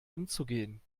umzugehen